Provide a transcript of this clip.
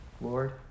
Lord